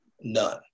none